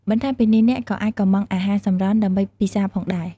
បន្ថែមពីនេះ អ្នកក៏អាចកុម្ម៉ង់អាហារសម្រន់ដើម្បីពិសារផងដែរ។